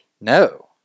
No